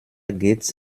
geht